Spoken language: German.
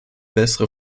bessere